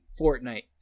Fortnite